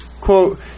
quote